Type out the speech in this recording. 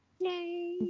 Yay